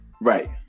Right